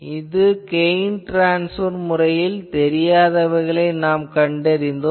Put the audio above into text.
இந்த gain transfer வழிமுறையில் தெரியாதவைகளை நாம் கண்டறிந்தோம்